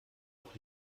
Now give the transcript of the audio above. auch